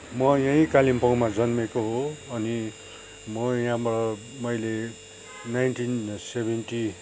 म यहीँ कालिम्पोङमा जन्मेको हो अनि म यहाँबाट मैले नाइन्टिन सेभेन्टी